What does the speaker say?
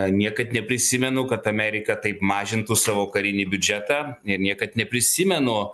niekad neprisimenu kad amerika taip mažintų savo karinį biudžetą ir niekad neprisimenu